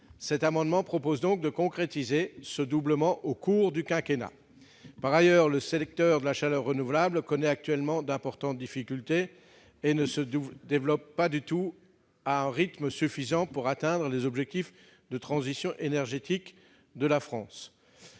Cet amendement vise donc à concrétiser ce doublement au cours du quinquennat. Par ailleurs, le secteur de la chaleur renouvelable connaît actuellement d'importantes difficultés, et ne se développe pas du tout à un rythme suffisant pour atteindre les objectifs de transition énergétique de la France.